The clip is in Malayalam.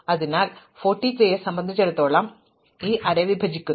അതിനാൽ 43 നെ സംബന്ധിച്ചിടത്തോളം ഞാൻ ഇപ്പോൾ ഈ ശ്രേണി വിഭജിക്കുന്നു